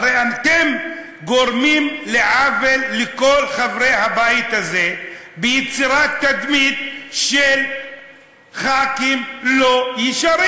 הרי אתם גורמים עוול לכל חברי הבית הזה ביצירת תדמית של ח"כים לא ישרים.